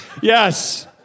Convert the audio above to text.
Yes